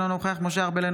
אינו נוכח משה ארבל,